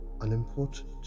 unimportant